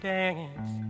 dance